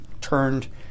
turned